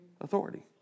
authority